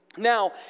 Now